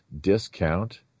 discount